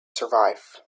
survive